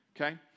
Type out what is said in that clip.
Okay